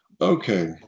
okay